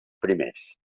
primers